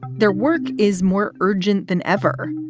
their work is more urgent than ever.